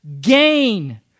gain